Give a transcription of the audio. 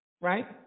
Right